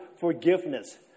forgiveness